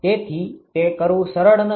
તેથી તે કરવુ સરળ નથી